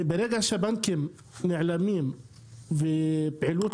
ברגע שהבנקים נעלמים ולא קיימת בשטח פעילות